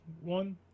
one